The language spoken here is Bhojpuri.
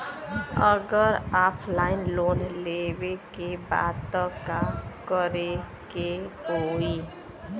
अगर ऑफलाइन लोन लेवे के बा त का करे के होयी?